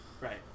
Right